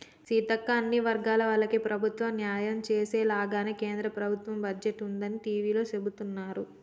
సీతక్క అన్ని వర్గాల వాళ్లకి ప్రభుత్వం న్యాయం చేసేలాగానే కేంద్ర ప్రభుత్వ బడ్జెట్ ఉందని టివీలో సెబుతున్నారు